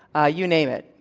ah you name it.